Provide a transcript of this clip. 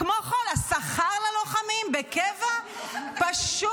כל משפחה מקבלת עובדת סוציאלית פנויה.